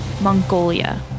Mongolia